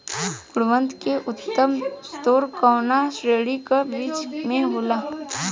गुणवत्ता क उच्चतम स्तर कउना श्रेणी क बीज मे होला?